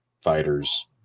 fighters